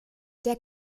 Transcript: der